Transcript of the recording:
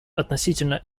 относительно